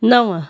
नव